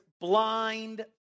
blind